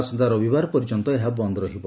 ଆସନ୍ତା ରବିବାର ପର୍ଯ୍ୟନ୍ତ ଏହା ବନ୍ଦ ରହିବ